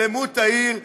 על שלמות העיר,